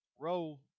row